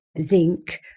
zinc